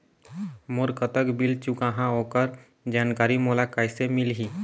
मोर कतक बिल चुकाहां ओकर जानकारी मोला कैसे मिलही?